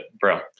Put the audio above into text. bro